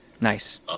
Nice